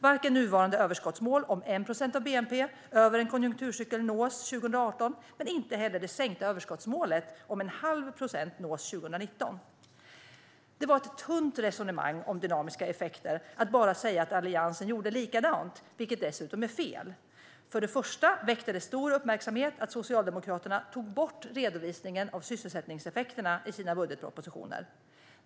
Det nuvarande överskottsmålet om 1 procent av bnp över en konjunkturcykel nås inte 2018, och 2019 nås inte det sänkta överskottsmålet om en halv procent. När det gäller dynamiska effekter var det ett tunt resonemang att bara säga att Alliansen gjorde likadant, vilket dessutom är fel. För det första väckte det stor uppmärksamhet att Socialdemokraterna tog bort redovisningen av sysselsättningseffekterna i sina budgetpropositioner.